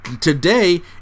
today